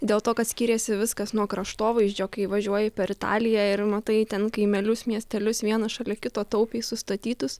dėl to kad skiriasi viskas nuo kraštovaizdžio kai važiuoji per italiją ir matai ten kaimelius miestelius vieną šalia kito taupiai sustatytus